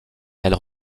elle